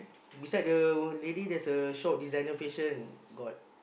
beside the lady there is a short designer fashion got